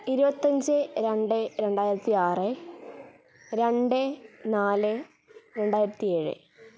ഇരുപത്തഞ്ച് രണ്ട് രണ്ടായിരത്തി ആറ് രണ്ട് നാല് രണ്ടായിരത്തി ഏഴ്